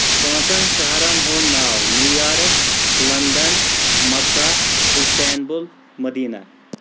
پانٛژن شہرَن ہُنٛد ناو New York London Makkah Istanbul مدینہ